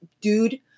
dude